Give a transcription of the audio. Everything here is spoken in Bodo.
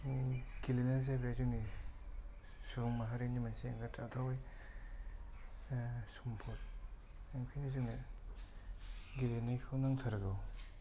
गेलेनाया जाहैबाय जोंनि सुबुं माहारिनि मोनसे एंगारथावै सम्पद बेनिखायनो जोंनो गेलेनायखौ नांथारगौ